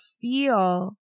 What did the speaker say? feel